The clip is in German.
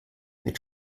mit